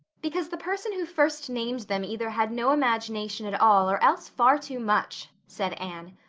because the person who first named them either had no imagination at all or else far too much, said anne,